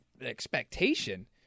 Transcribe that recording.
expectation